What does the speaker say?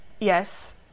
Yes